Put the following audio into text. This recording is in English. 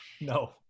No